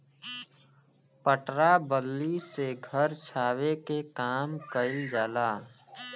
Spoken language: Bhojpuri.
पटरा बल्ली से घर छावे के काम कइल जाला